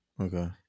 Okay